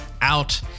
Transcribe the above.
out